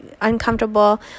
uncomfortable